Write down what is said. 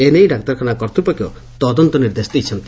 ଏ ନେଇ ଡାକ୍ତରଖାନା କର୍ତ୍ତୃପକ୍ଷ ତଦନ୍ତ ନିର୍ଦ୍ଦେଶ ଦେଇଛନ୍ତି